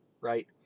right